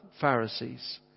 Pharisees